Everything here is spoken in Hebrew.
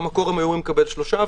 במקור הם היו אמורים לקבל שלושה,